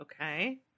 okay